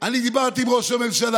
אני דיברתי עם ראש הממשלה,